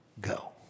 go